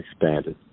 expanded